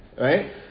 right